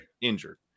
injured